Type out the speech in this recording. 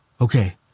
Okay